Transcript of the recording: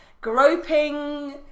groping